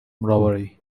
robbery